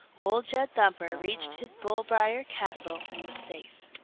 old jed thumper reached his bull-briar castle and was safe.